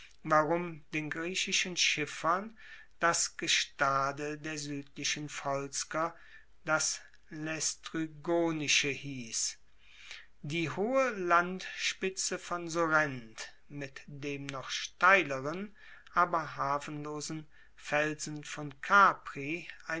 warum den griechischen schiffern das gestade der suedlichen volsker das laestrygonische hiess die hohe landspitze von sorrent mit dem noch steileren aber hafenlosen felsen von